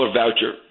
voucher